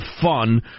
fun